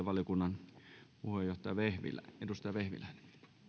valiokunnan puheenjohtaja edustaja vehviläinen